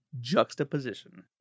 juxtaposition